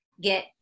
get